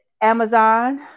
Amazon